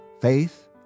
faith